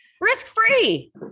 Risk-free